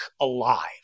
alive